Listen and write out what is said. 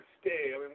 stay